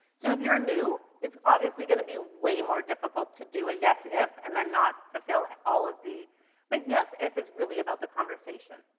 so if you're new, it's obviously gonna be way more difficult to do a yes if and then not fulfill all of the but yes if is really about the conversation.